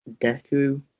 Deku